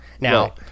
Now